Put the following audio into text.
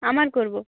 আমার করবো